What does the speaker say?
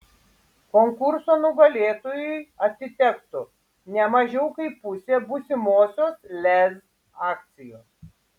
konkurso nugalėtojui atitektų ne mažiau kaip pusė būsimosios lez akcijų